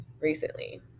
recently